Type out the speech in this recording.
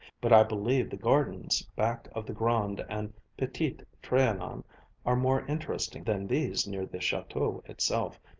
but i believe the gardens back of the grand and petit trianon are more interesting than these near the chateau itself.